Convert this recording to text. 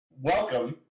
welcome